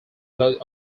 both